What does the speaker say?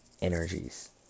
energies